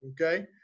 Okay